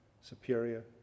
superior